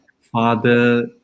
father